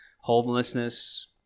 homelessness